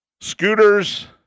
Scooters